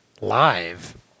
live